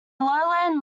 lowland